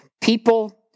People